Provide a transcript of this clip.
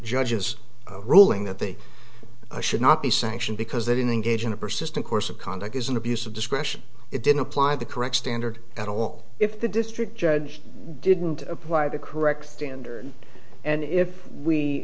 judge's ruling that they should not be sanctioned because they didn't engage in a persistent course of conduct is an abuse of discretion it didn't apply the correct standard at all if the district judge didn't apply the correct thing under and if we